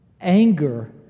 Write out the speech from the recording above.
Anger